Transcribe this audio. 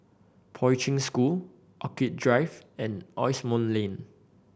Poi Ching School Orchid Drive and Asimont Lane